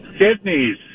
Sydney's